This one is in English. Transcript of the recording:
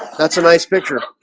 that's a nice picture